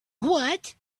what